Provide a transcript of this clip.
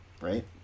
Right